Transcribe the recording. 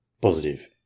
Positive